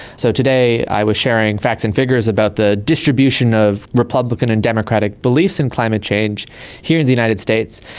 so today i was sharing facts and figures about the distribution of republican and democratic beliefs in climate change here in the united states.